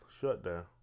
shutdown